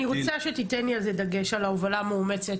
אני רוצה שתיתן לי על זה דגש על ההובלה המאומצת,